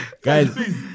Guys